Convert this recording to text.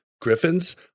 Griffins